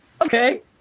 okay